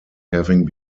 having